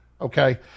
Okay